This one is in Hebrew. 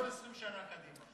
הוא לא חושב 20 שנה קדימה.